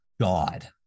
God